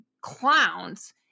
clowns